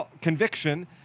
conviction